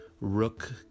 rook